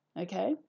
okay